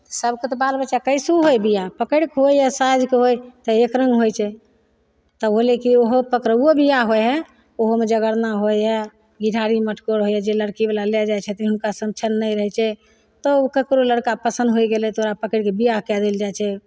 सबके तऽ बाल बच्चा कैसहुँ होइ बियाह पकड़ि कऽ होइ या साजि कऽ होइ तऽ एक रङ्ग होइ छै तब होलय कि ओहो पकड़ौओ बियाह होइ हइ ओहोमे जगरणा होइ हइ घीढारी मटकोर होइ हइ जे लड़कीवला लए जाइ छै छथिन हुनका सङ्ग चलनाइ रहय छै तऽ उ ककरो लड़िका पसन्द होइ गेलय तऽ ओकरा पकड़ि कऽ बियाह कए देल जाइ छै